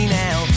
now